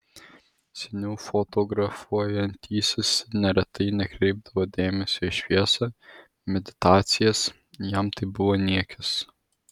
seniau fotografuojantysis neretai nekreipdavo dėmesio į šviesą meditacijas jam tai buvo niekis